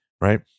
right